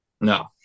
no